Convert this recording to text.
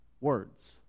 words